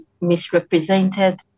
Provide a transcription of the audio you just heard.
misrepresented